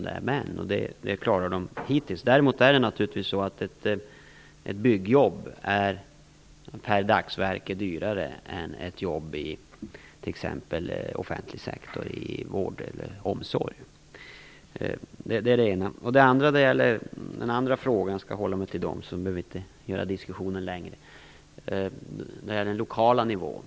Detta mål har de klarat hittills. Däremot är naturligtvis ett byggjobb per dagsverk dyrare än ett jobb i t.ex. Den andra frågan - jag skall hålla mig till frågorna för att inte förlänga diskussionen - gällde den lokala nivån.